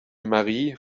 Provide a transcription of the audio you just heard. marie